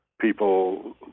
people